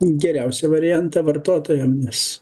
geriausią variantą vartotojam nes